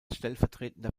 stellvertretender